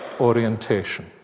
orientation